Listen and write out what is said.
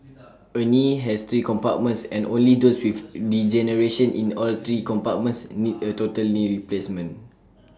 A knee has three compartments and only those with degeneration in all three compartments need A total knee replacement